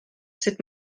sut